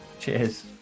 Cheers